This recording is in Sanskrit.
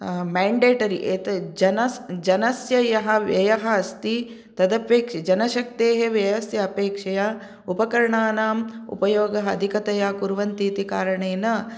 मेण्डेट्री जनस् जनस्य यः व्ययः अस्ति तद् अपेक्ष जनशक्तेः व्ययस्य अपेक्षया उपकरणानां उपयोगः अधिकतया कुर्वन्ति इति कारणेन